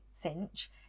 finch